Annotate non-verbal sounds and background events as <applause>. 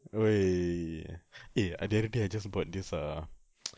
wei eh ah the other day I just bought this ah <noise>